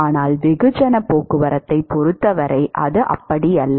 ஆனால் வெகுஜன போக்குவரத்தைப் பொறுத்தவரை அது அப்படியல்ல